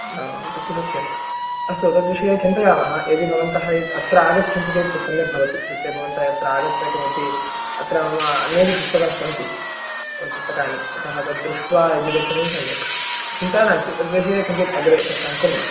आं तत्तु सत्यम् अस्तु तद्विषये चिन्तयामः यदि भवन्तः यत् अत्र आगच्छन्ति चेत् तत्सम्यक् भवति इत्युक्ते भवन्तः अत्र आगत्य किमपि अत्र मम अनेकानि पुस्तकानि सन्ति पुस्तकानि अतः तद्दृष्ट्वा यदि गच्छति सम्यक् चिन्ता नास्ति तद्विषये किञ्चित् अग्रे चर्चां कुर्मः